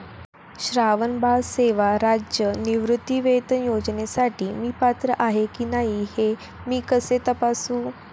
श्रावणबाळ सेवा राज्य निवृत्तीवेतन योजनेसाठी मी पात्र आहे की नाही हे मी कसे तपासू?